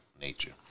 nature